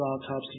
autopsy